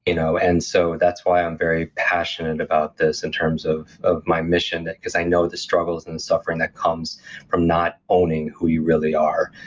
you know and so that's why i'm very passionate about this in terms of of my mission, because i know the struggles and the suffering that comes from not owning who you really are,